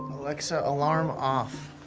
alexa, alarm off.